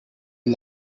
you